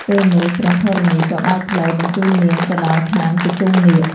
ពេលនោះ ព្រះធរណីក៏បើកផ្លូវបញ្ជូននាងទៅដល់ឋានភុជង្គនាគ។